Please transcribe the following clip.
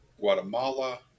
Guatemala